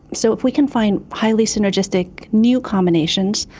so if we can find highly synergistic new combinations,